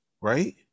Right